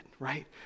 right